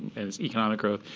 and it's economic growth.